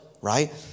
right